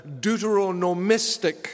deuteronomistic